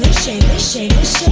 shameless, shameless!